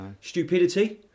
stupidity